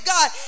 God